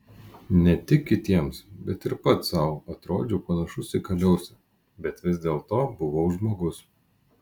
ne tik kitiems bet ir pats sau atrodžiau panašus į kaliausę bet vis dėlto buvau žmogus